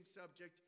subject